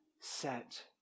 set